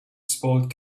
spoiled